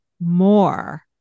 more